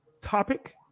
topic